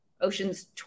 Ocean's